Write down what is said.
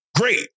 great